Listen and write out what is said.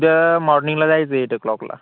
उद्या मॉर्निंगला जायचं एट ओ क्लॉकला